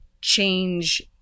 change